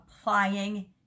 applying